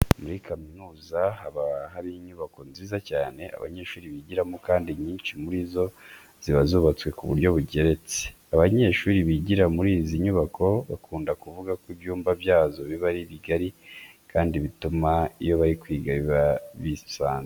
Muri kaminuza haba hari inyubako nziza cyane abanyeshuri bigiramo kandi inyinshi muri zo ziba zubatswe ku buryo bugeretse. Abanyehuri bigira muri izi nyubako bakunda kuvuga ko ibyumba byazo biba ari bigari kandi bituma iyo bari kwiga baba bisanzuye.